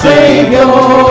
Savior